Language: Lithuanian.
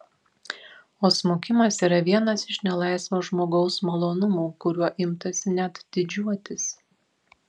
o smukimas yra vienas iš nelaisvo žmogaus malonumų kuriuo imtasi net didžiuotis